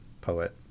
poet